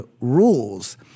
rules